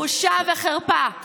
בושה וחרפה.